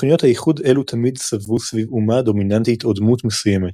תוכניות איחוד אלו תמיד סבבו סביב אומה דומיננטית או דמות מסוימת,